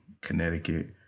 Connecticut